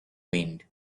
wind